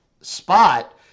spot